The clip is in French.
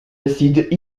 acides